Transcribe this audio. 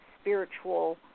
spiritual